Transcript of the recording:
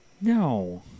No